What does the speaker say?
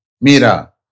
Mira